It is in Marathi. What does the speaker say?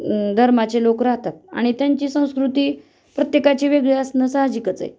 धर्माचे लोक राहतात आणि त्यांची संस्कृती प्रत्येकाची वेगळी असणं साहजिकच आहे